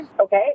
Okay